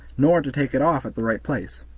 nor to take it off at the right place.